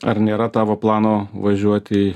ar nėra tavo plano važiuoti